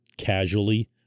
Casually